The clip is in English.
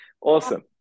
Awesome